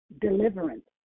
deliverance